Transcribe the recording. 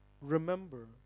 remember